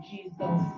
Jesus